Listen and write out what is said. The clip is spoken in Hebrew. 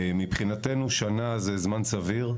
מבחינתנו שנה זה זמן סביר.